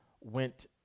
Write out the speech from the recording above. went